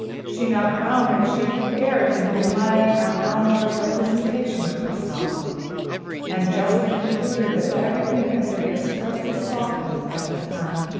she now found that she had erred in relying on elinor's representation of herself and justly concluded that every thing had been expressly softened at the time,